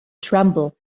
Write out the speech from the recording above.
tremble